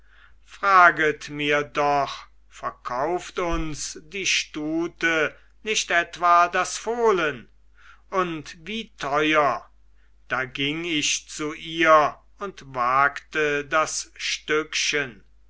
fraget mir doch verkauft uns die stute nicht etwa das fohlen und wie teuer da ging ich zu ihr und wagte das stückchen